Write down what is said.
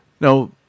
Now